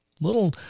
little